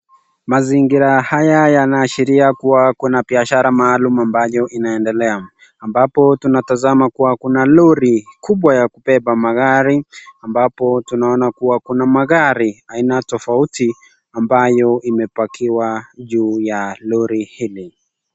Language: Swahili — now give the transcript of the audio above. Mazingira haya yanaashiria kuwa kuna biashara maalum inaendelea ambapo tunatazama kuwa kuna lori kubwa ya kubeba magari ambapo tunaona kuwa kuna magari aina tofauti ambayo imepakiwa juu ya lori hili.